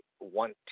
want